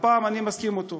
הפעם אני מסכים אתו.